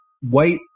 white